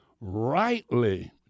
rightly